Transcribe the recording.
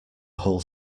whole